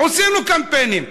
עשינו קמפיינים.